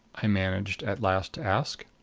i managed at last to ask.